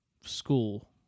school